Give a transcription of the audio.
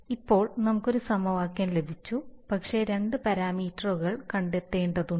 ഇപ്പോൾ നമുക്ക് ഒരു സമവാക്യം ലഭിച്ചു പക്ഷേ രണ്ട് പാരാമീറ്ററുകൾ കണ്ടെത്തേണ്ടതുണ്ട്